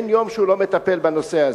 ואין יום שהוא לא מטפל בנושא הזה.